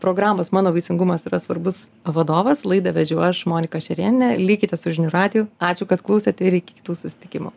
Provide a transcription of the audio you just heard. programos mano vaisingumas yra svarbus vadovas laidą vedžiau aš monika šerėnienė likite su žinių radiju ačiū kad klausėte ir iki kitų susitikimų